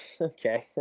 okay